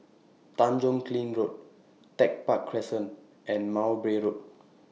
Tanjong Kling Road Tech Park Crescent and Mowbray Road